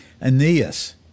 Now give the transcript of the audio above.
Aeneas